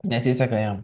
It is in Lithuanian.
nesiseka jam